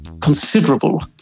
considerable